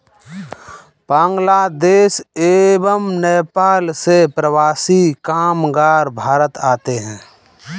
बांग्लादेश एवं नेपाल से प्रवासी कामगार भारत आते हैं